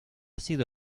sido